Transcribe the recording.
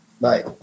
Bye